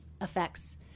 affects